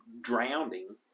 drowning